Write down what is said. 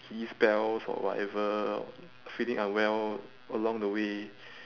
giddy spells or whatever feeling unwell along the way